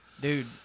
dude